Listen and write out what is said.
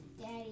Daddy